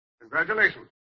congratulations